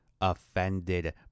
Offended